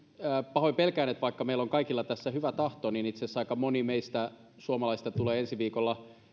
pahoin pelkään että vaikka meillä on kaikilla tässä hyvä tahto niin itse asiassa aika moni meistä suomalaisista tulee ensi viikolla